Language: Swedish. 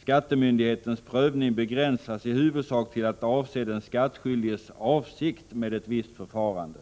Skattemyndighetens prövning begränsas i huvudsak till att avse den skattskyldiges avsikt med ett visst förfarande.